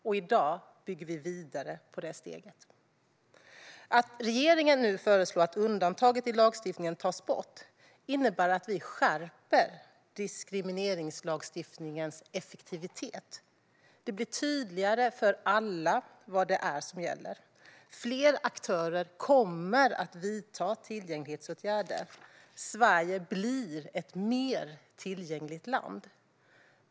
I dag bygger vi vidare på det steget. Att regeringen nu föreslår att undantaget i lagstiftningen tas bort innebär att vi skärper diskrimineringslagstiftningens effektivitet. Det blir tydligare för alla vad som gäller. Fler aktörer kommer att vidta tillgänglighetsåtgärder, och Sverige blir ett mer tillgängligt land.